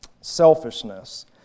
selfishness